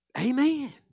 amen